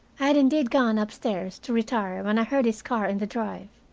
i had indeed gone up-stairs to retire when i heard his car in the drive.